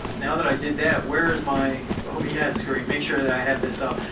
now that i did that, where is my home? he has screamed. make sure that i have this up.